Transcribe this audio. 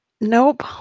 Nope